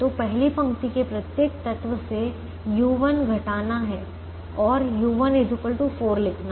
तो पहली पंक्ति के प्रत्येक तत्व से u1 घटाना और u1 4 लिखना